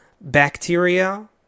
bacteria